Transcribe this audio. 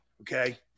okay